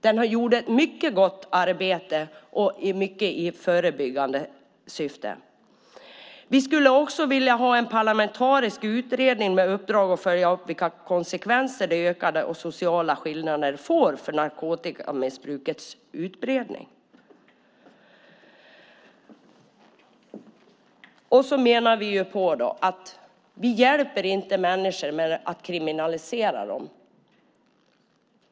Det var ett mycket gott arbete, och mycket skedde i förebyggande syfte. Vi skulle vilja se en parlamentarisk utredning med uppdrag att följa upp vilka konsekvenser ökade sociala skillnader får för narkotikamissbrukets utbredning. Vi menar på att människor inte blir hjälpta av att kriminaliseras.